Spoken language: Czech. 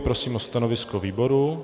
Prosím o stanovisko výboru.